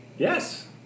Yes